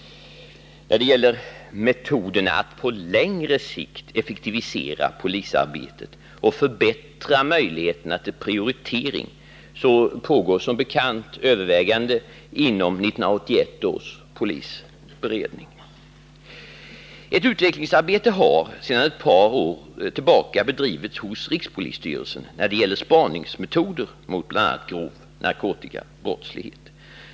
När det gäller metoderna att på längre sikt effektivisera polisarbetet och förbättra möjligheterna till prioritering pågår som bekant överväganden inom 1981 års polisberedning. Ett utvecklingsarbete har sedan ett par år tillbaka bedrivits hos rikspolis styrelsen när det gäller spaningsmetoder mot bl.a. grov narkotikabrottslighet.